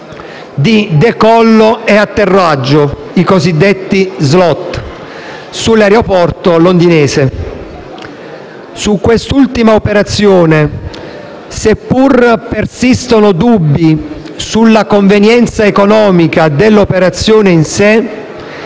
di decollo e atterraggio, i cosiddetti *slot*, sull'aeroporto londinese. Su quest'ultima operazione, seppur persistano dubbi sulla convenienza economica dell'operazione in sé,